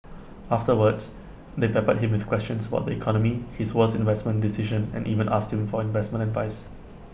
afterwards they peppered him with questions about the economy his worst investment decision and even asked him for investment advice